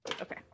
okay